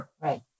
Right